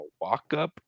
walk-up